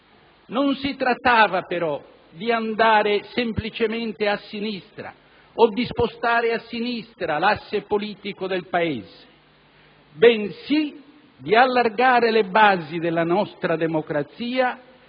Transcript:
Non si trattava, però, di andare semplicemente a sinistra o semplicemente di spostare a sinistra l'asse politico del Paese, bensì di allargare le basi della nostra democrazia,